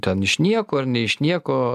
ten iš nieko ar ne iš nieko